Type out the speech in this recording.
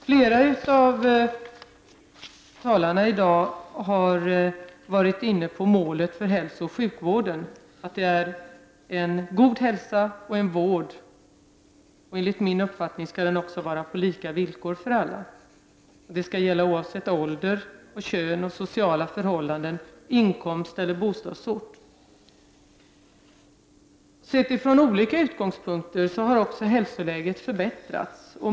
Flera av dagens talare har varit inne på målet för hälsooch sjukvården: en god hälsa och en god vård. Enligt min uppfattning bör det också vara lika villkor för alla, oavsett ålder, kön, sociala förhållanden samt inkomstoch bostadsort. Sett från olika utgångspunkter har hälsoläget också förbättrats.